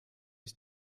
ich